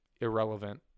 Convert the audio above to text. Irrelevant